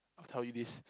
I'll tell you this